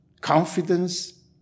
confidence